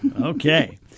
Okay